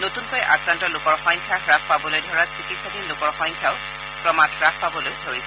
নতুনকৈ আক্ৰান্ত লোকৰ সংখ্যা হাস পাবলৈ ধৰাত চিকিৎসাধীন লোকৰ সংখ্যাও ক্ৰমাৎ হাস পাবলৈ ধৰিছে